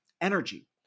energy